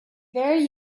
very